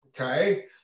Okay